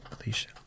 Alicia